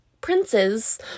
princes